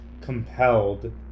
compelled